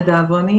לדאבוני,